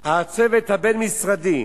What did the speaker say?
הצוות הבין-משרדי.